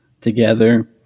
together